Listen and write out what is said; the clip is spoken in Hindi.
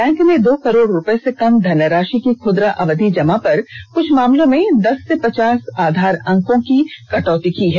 बैंक ने दो करोड़ रुपए से कम धन राशि की खुदरा अवधि जमा पर कुछ मामलों में दस से पचास आधार अंकों की कटौती की है